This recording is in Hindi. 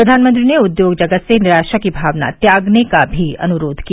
प्रधानमंत्री ने उद्योग जगत से निराशा की भावना त्यागने का भी अनुरोध किया